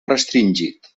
restringit